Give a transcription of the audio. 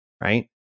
right